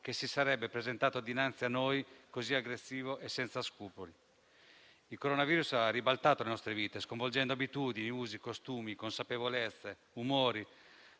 che si sarebbe presentato dinanzi a noi così aggressivo e senza scrupoli. Il coronavirus ha ribaltato le nostre vite, sconvolgendo abitudini, usi, costumi, consapevolezze, umori,